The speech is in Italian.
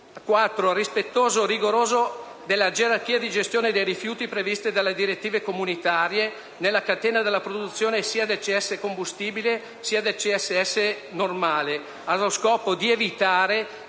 al rispetto rigoroso della gerarchia di gestione dei rifiuti prevista dalle direttive comunitarie nella catena della produzione sia del CSS-Combustibile, sia del CSS normale, allo scopo di evitare